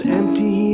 empty